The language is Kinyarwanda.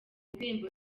ndirimbo